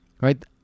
right